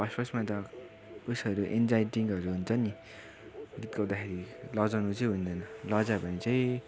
first फर्स्टमा त उइसहरू इन्जाइटीहरू हुन्छ नि गीत गाउँदाखेरि लजाउनु चाहिँ हुँदैन लजायो भने चाहिँ